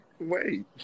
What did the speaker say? Wait